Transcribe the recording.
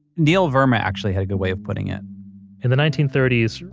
neil verma actually had a good way of putting it in the nineteen thirty s,